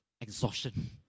exhaustion